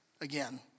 again